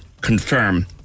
confirm